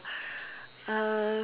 uh